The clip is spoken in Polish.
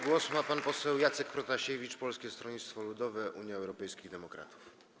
Głos ma pan poseł Jacek Protasiewicz, Polskie Stronnictwo Ludowe - Unia Europejskich Demokratów.